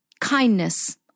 kindness